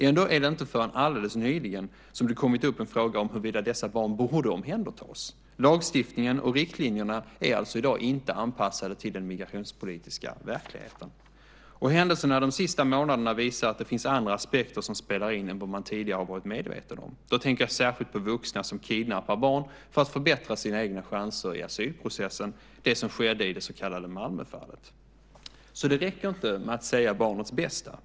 Ändå är det inte förrän alldeles nyligen som det har kommit upp en fråga om huruvida dessa barn borde omhändertas. Lagstiftningen och riktlinjerna är alltså i dag inte anpassade till den migrationspolitiska verkligheten. Händelserna de senaste månaderna visar att det finns andra aspekter som spelar in än vad man tidigare har varit medveten om. Jag tänker särskilt på vuxna som kidnappar barn för att förbättra sina egna chanser i asylprocessen - det som skedde i det så kallade Malmöfallet. Det räcker inte med att säga "barnets bästa".